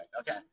Okay